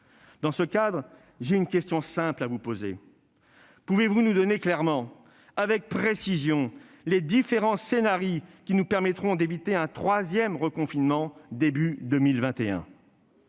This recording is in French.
Dans ce cadre, j'ai une question simple à vous poser : pouvez-vous nous présenter clairement, avec précision, les différents scenarii qui nous permettront d'éviter un troisième reconfinement début 2021 ?